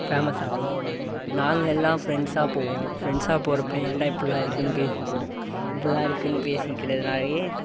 ஃபேமஸாகும் நாங்கள் எல்லாம் ஃப்ரெண்ட்ஸாக போவோம் ஃப்ரெண்ட்ஸாக போறப்பயும் ஏன்டா இப்பிடில்லாம் இருக்குன்னு பேசிப்போம் இப்பிடில்லாம் இருக்குன்னு பேசிக்கிறதுனாலேயே